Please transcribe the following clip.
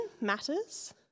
matters